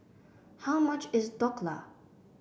how much is Dhokla